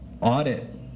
audit